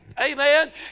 Amen